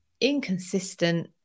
inconsistent